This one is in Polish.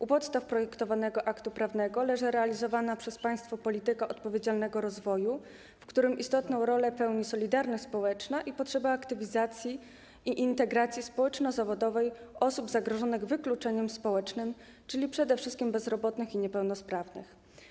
U podstaw projektowanego aktu prawnego leży realizowana przez państwo polityka odpowiedzialnego rozwoju, w którym istotną rolę odgrywa solidarność społeczna i potrzeba aktywizacji i integracji społeczno-zawodowej osób zagrożonych wykluczeniem społecznym, czyli przede wszystkim bezrobotnych i niepełnosprawnych.